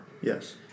yes